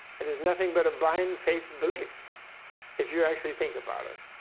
and is nothing but a blind faith belief if you actually think about it.